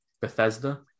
Bethesda